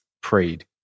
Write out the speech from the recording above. prayed